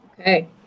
okay